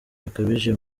bikabije